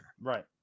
Right